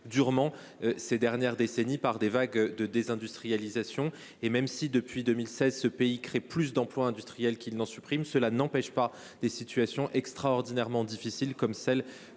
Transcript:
durement, ces dernières décennies, par plusieurs vagues de désindustrialisation. Même si, depuis 2016, ce pays crée plus d’emplois industriels qu’il n’en perd, cela n’empêche pas des situations extraordinairement difficiles, comme celle